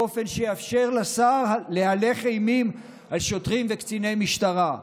באופן שיאפשר לשר להלך אימים על שוטרים וקציני משטרה,